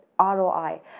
ROI